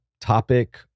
topic